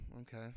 okay